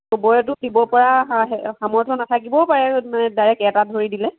চবৰেটো দিব পৰা সামৰ্থ নাথাকিবও পাৰে মানে ডাইৰেক্ট এটা ধৰি দিলে